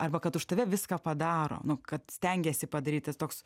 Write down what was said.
arba kad už tave viską padaro nu kad stengiesi padaryti toks